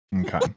okay